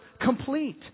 complete